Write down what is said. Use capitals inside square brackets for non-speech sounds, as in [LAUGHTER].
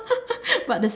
[LAUGHS] but it's